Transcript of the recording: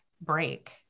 break